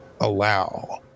allow